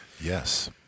Yes